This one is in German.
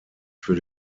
für